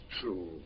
true